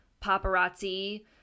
paparazzi